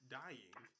dying